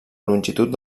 longitud